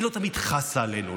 היא לא תמיד חסה עלינו,